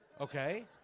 Okay